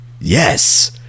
Yes